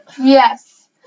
Yes